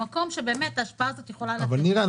במקום שבאמת ההשפעה הזאת יכולה --- אבל נירה,